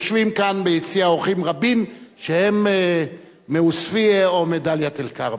יושבים כאן ביציע אורחים רבים שהם מעוספיא או מדאלית-אל-כרמל.